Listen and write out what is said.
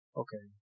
okay